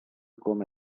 coma